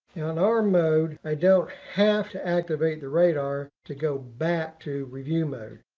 in arm mode, i don't have to activate the radar to go back to review mode.